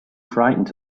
frightened